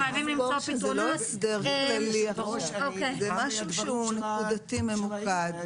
זה לא הסדר כללי אלא זה משהו שהוא נקודתי ממוקד.